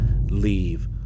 leave